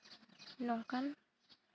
ᱱᱚᱝᱠᱟᱱ